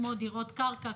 כמו דירות קרקע,